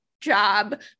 job